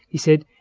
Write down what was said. he said,